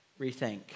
rethink